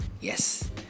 Yes